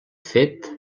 fet